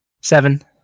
Seven